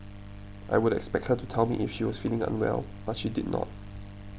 I would expect her to tell me if she was feeling unwell but she did not